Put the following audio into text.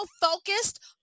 focused